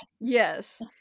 Yes